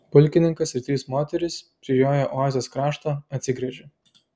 pulkininkas ir trys moterys prijoję oazės kraštą atsigręžė